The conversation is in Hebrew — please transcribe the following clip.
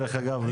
דרך אגב,